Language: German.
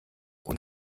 und